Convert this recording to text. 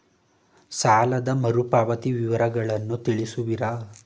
ಸಾಲದ ಮರುಪಾವತಿ ವಿವರಗಳನ್ನು ತಿಳಿಸುವಿರಾ?